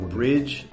bridge